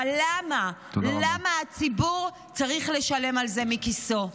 אבל למה הציבור צריך לשלם על זה מכיסו?